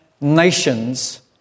nations